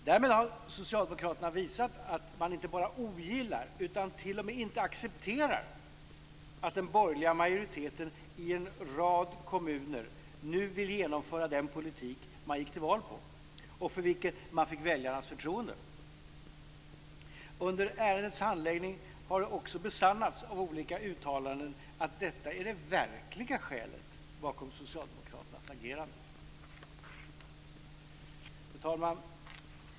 Därmed har socialdemokraterna visat att man inte bara ogillar utan t.o.m. inte accepterar att den borgerliga majoriteten i en rad kommuner nu vill genomföra den politik man gick till val på och för vilken man fick väljarnas förtroende. Under ärendets handläggning har det också besannats av olika uttalanden att detta är det verkliga skälet bakom socialdemokraternas agerande. Fru talman!